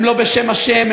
הם לא בשם השם,